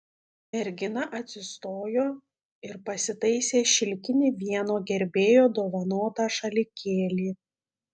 mergina atsistojo ir pasitaisė šilkinį vieno gerbėjo dovanotą šalikėlį